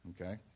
Okay